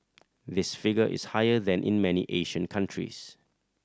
this figure is higher than in many Asian countries